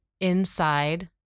inside